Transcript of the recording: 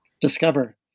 discover